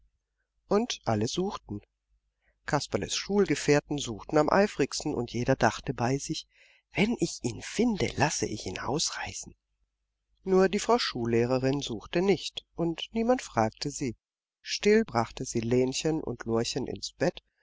und alle suchten kasperles schulgefährten suchten am eifrigsten und jeder dachte bei sich wenn ich ihn finde lasse ich ihn ausreißen nur die frau schullehrerin suchte nicht und niemand fragte sie still brachte sie lenchen und lorchen ins bett